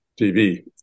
TV